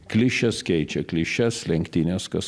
klišės keičia klišes lenktynes kas